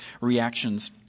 reactions